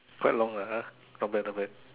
quite long ah !huh! not bad not bad